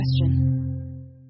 question